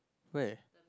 where